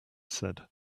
said